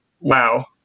wow